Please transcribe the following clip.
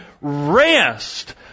rest